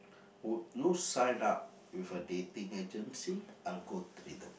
would you sign up with a dating agency algorithm